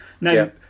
Now